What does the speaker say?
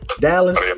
Dallas